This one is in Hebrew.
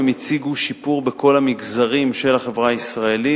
הן הציגו שיפור בכל המגזרים של החברה הישראלית